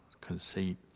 conceit